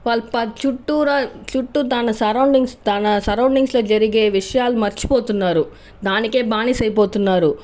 వాళ్ళు చుట్టూ చుట్టూ తన సరౌండింగ్స్ తన సరౌండింగ్స్లో జరిగే విషయాలు మర్చిపోతున్నారు దానికే బానిస అయిపోతున్నారు